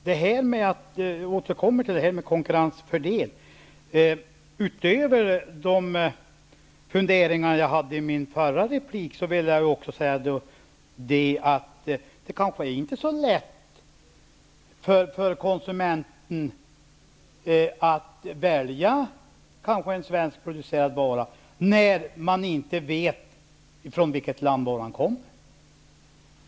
Herr talman! Jag återkommer till frågan om konkurrensfördelar. Utöver de funderingar jag hade i min förra replik vill jag säga att det kanske inte är så lätt för konsumenten att välja en svenskproducerad vara, när man inte vet från vilket land varan kommer.